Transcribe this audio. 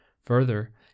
Further